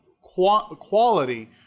quality